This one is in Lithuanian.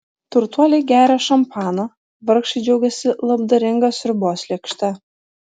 turtuoliai geria šampaną vargšai džiaugiasi labdaringa sriubos lėkšte